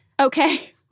Okay